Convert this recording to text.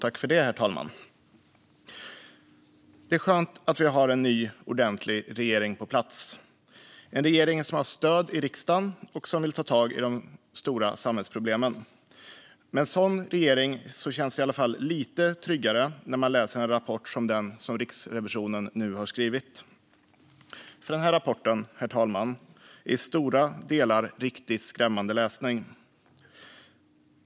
Herr talman! Det är skönt att vi har en ny, ordentlig regering på plats, en regering som har stöd i riksdagen och som vill ta tag i de stora samhällsproblemen. Med en sådan regering känns det i alla fall lite tryggare när man läser en rapport som den som Riksrevisionen nu har skrivit. Den rapporten, herr talman, är nämligen i stora delar en riktigt skrämmande läsning.